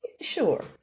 sure